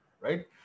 right